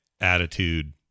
attitude